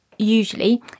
Usually